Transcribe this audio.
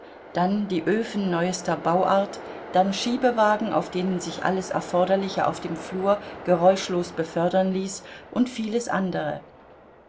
dann die öfen neuester bauart dann schiebewagen auf denen sich alles erforderliche auf dem flur geräuschlos befördern ließ und vieles andere